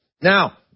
Now